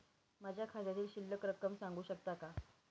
माझ्या खात्यातील शिल्लक रक्कम सांगू शकता का?